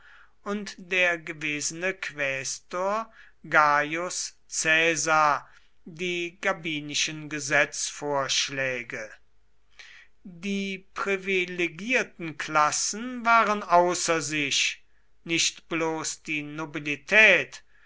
und der gewesene quästor gaius caesar die gabinischen gesetzvorschläge die privilegierten klassen waren außer sich nicht bloß die nobilität